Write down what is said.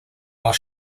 while